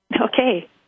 Okay